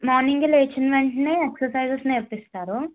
మార్నింగే లేచిన వెంటనే ఎక్సైజ్ నేర్పిస్తారు